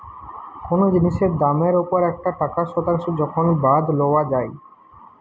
কোনো জিনিসের দামের ওপর একটা টাকার শতাংশ যখন বাদ লওয়া যাই